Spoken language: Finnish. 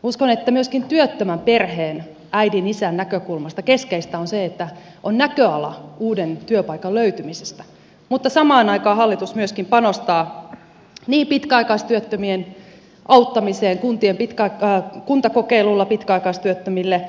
uskon että myöskin työttömän perheen äidin isän näkökulmasta keskeistä on se että on näköala uuden työpaikan löytymisestä mutta samaan aikaan hallitus myöskin panostaa pitkäaikaistyöttömien auttamiseen kuntakokeilulla pitkäaikaistyöttömille